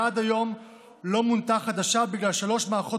ועד היום לא מונתה חדשה בגלל שלוש מערכות